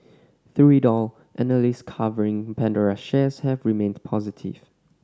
through it all analyst covering Pandora's shares have remained positive